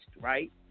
right